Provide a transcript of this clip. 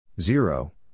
zero